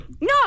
No